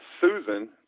Susan